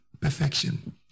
perfection